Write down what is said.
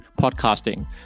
podcasting